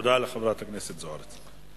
תודה לחברת הכנסת זוארץ.